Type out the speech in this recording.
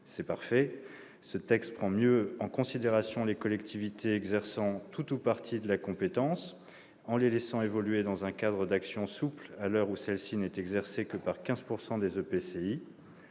C'est parfait ! Ce texte prend mieux en considération les collectivités locales exerçant tout ou partie de la compétence en les laissant évoluer dans un cadre d'action souple à l'heure où celle-ci n'est exercée que par 15 % des EPCI.